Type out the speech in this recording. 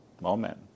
moment